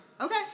Okay